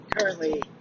currently